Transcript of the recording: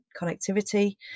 connectivity